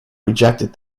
rejected